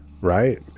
right